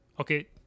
Okay